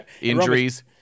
Injuries